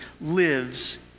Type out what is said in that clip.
lives